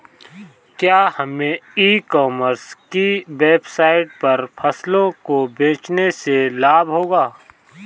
क्या हमें e commerce की वेबसाइट पर फसलों को बेचने से लाभ होगा?